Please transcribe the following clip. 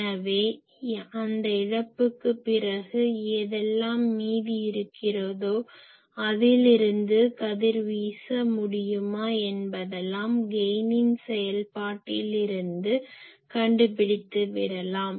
எனவே அந்த இழப்புக்குப் பிறகு எதெல்லாம் மீதி இருக்கிறதோ அதிலிருந்து கதிர்வீச முடியுமா என்பதெல்லாம் கெயினின் செயல்பாட்டில் இருந்து கண்டுபிடித்து விடலாம்